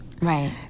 Right